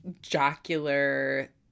jocular